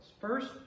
First